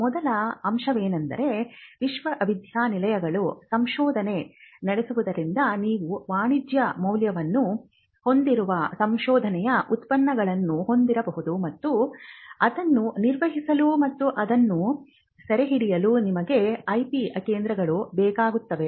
ಮೊದಲ ಅಂಶವೆಂದರೆ ವಿಶ್ವವಿದ್ಯಾನಿಲಯಗಳು ಸಂಶೋಧನೆ ನಡೆಸುವುದರಿಂದ ನೀವು ವಾಣಿಜ್ಯ ಮೌಲ್ಯವನ್ನು ಹೊಂದಿರುವ ಸಂಶೋಧನೆಯ ಉತ್ಪನ್ನಗಳನ್ನು ಹೊಂದಿರಬಹುದು ಮತ್ತು ಅದನ್ನು ನಿರ್ವಹಿಸಲು ಮತ್ತು ಅದನ್ನು ಸೆರೆಹಿಡಿಯಲು ನಿಮಗೆ ಐಪಿ ಕೇಂದ್ರಗಳು ಬೇಕಾಗುತ್ತವೆ